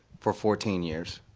for fourteen years.